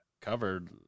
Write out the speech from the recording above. covered